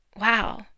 wow